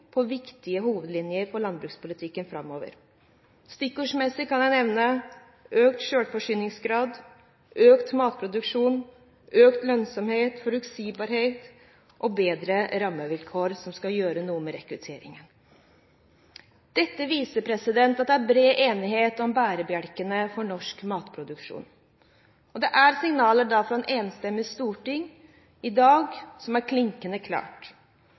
på viktige hovedlinjer for landbrukspolitikken framover. Stikkordsmessig kan jeg nevne økt selvforsyningsgrad, økt matproduksjon, økt lønnsomhet, forutsigbarhet og bedre rammevilkår, som skal gjøre noe med rekrutteringen. Dette viser at det er bred enighet om bærebjelkene for norsk matproduksjon. Det er signaler fra et enstemmig storting i dag som er klinkende